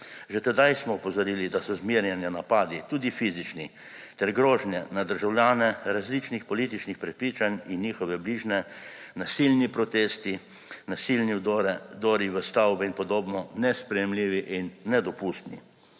Že tedaj smo opozorili, da so zmerjanja, napadi, tudi fizični, ter grožnje na državljane različnih političnih prepričanj in njihove bližnje, nasilni protesti, nasilni vdori v stavbe in podobno nesprejemljivi in nedopustni.